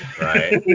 Right